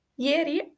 Ieri